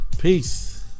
peace